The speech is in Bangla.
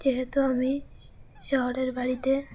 যেহেতু আমি শহরের বাড়িতে